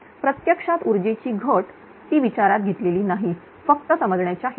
प्रत्यक्षात ऊर्जेची घट ती विचारात घेतलेली नाही फक्त समजण्याच्या हेतूने